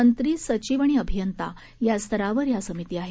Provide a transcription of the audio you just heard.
मंत्री सचिव आणि अभियंता या स्तरावर या समिती आहेत